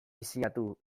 diseinatu